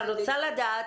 אני רוצה לדעת